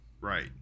Right